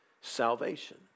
salvation